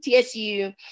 TSU